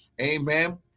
Amen